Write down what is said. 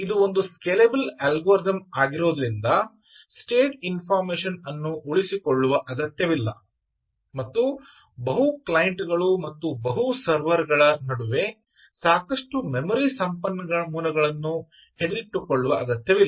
ಇದು ಒಂದು scalable algorithm ಆಗಿರೋದ್ರಿಂದ ಸ್ಟೇಟ್ ಇನ್ಫಾರ್ಮಶನ್ ಅನ್ನು ಉಳಿಸಿಕೊಳ್ಳುವ ಅಗತ್ಯವಿಲ್ಲ ಮತ್ತು ಬಹು ಕ್ಲೈಂಟ್ಗಳು ಮತ್ತು ಬಹು ಸರ್ವರ್ ಗಳ ನಡುವೆ ಸಾಕಷ್ಟು ಮೆಮೊರಿ ಸಂಪನ್ಮೂಲಗಳನ್ನು ಹಿಡಿದಿಟ್ಟುಕೊಳ್ಳುವ ಅಗತ್ಯವಿಲ್ಲ